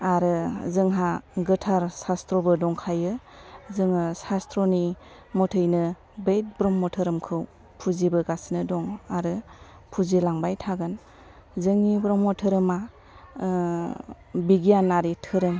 आरो जोंहा गोथार सास्त्रबो दंखायो जोङो सास्त्रनि मथेनो बे ब्रह्म धोरोमखौ फुजिबोगासिनो दं आरो फुजिलांबाय थागोन जोंनि ब्रह्म धोरोमा बिगियानारि धोरोम